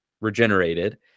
regenerated